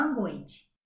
language